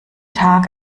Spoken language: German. tag